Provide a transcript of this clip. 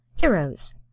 heroes